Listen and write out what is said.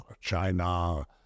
China